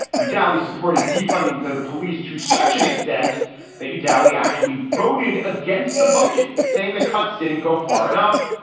you dallies supported defunding to the police to such an extent that you, darly, actually voted against the budget, saying the cuts didn't go far enough.